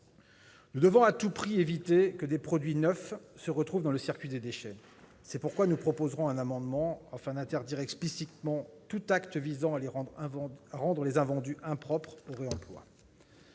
Nous devons à tout prix éviter que des produits neufs se retrouvent dans le circuit des déchets. C'est pourquoi nous défendrons un amendement afin d'interdire explicitement tout acte visant à rendre les invendus impropres au réemploi.